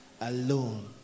alone